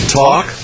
talk